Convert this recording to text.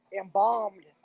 embalmed